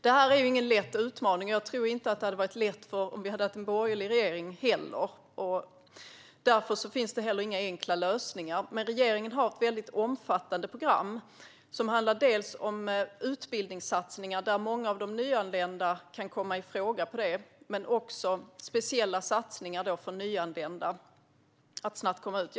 Det här är ingen lätt utmaning, och jag tror inte att det heller hade varit lätt om vi hade haft en borgerlig regering. Därför finns det heller inga enkla lösningar. Men regeringen har ett väldigt omfattande program, som handlar dels om utbildningssatsningar, där många av de nyanlända kan komma i fråga, dels om speciella satsningar för att nyanlända snabbt ska komma ut.